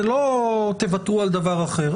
זה לא תוותרו על דבר אחר.